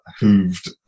hooved